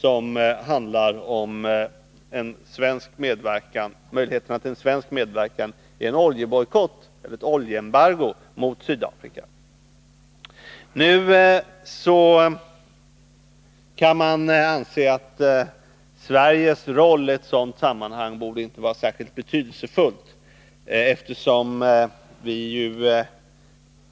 Den handlar om möjligheterna till svensk medverkan i en oljebojkott eller ett oljeembargo mot Sydafrika. Man kan anse att Sveriges roll i ett sådant sammanhang inte borde vara särskilt betydelsefull, eftersom vi här i landet